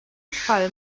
fall